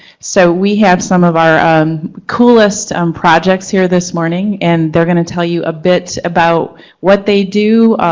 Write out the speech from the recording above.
so we have some of our um coolest um projects here this morning and they're going to tell you a bit about what they do,